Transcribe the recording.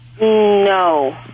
No